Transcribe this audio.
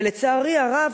ולצערי הרב,